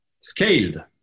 Scaled